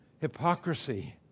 hypocrisy